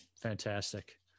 Fantastic